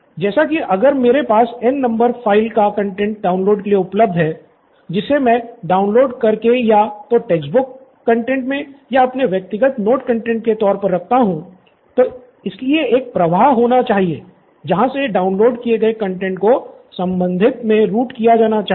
जैसा की अगर मेरे पास N नंबर फ़ाइल का कंटैंट डाउनलोड के लिए उपलब्ध है जिसे मैं डाउनलोड कर के या तो टेक्स्ट बुक कंटैंट मे या अपने व्यक्तिगत नोट कंटैंट के तौर पर रखता हूँ तो इसलिए एक प्रवाह होना चाहिए जहां से डाउनलोड किए गए कंटैंट को संबंधित में रूट किया जाना चाहिए